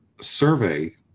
survey